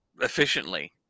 efficiently